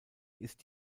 ist